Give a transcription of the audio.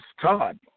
Todd